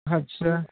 ਅੱਛਾ